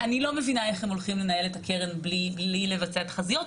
אני לא מבינה איך הם הולכים לנהל את הקרן בלי לבצע תחזיות,